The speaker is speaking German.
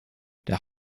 der